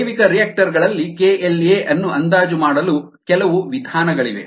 ಜೈವಿಕರಿಯಾಕ್ಟರ್ ಗಳಲ್ಲಿ KLa ಅನ್ನು ಅಂದಾಜು ಮಾಡಲು ಕೆಲವು ವಿಧಾನಗಳಿವೆ